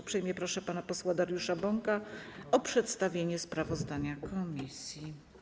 Uprzejmie proszę pana posła Dariusza Bąka o przedstawienie sprawozdania komisji.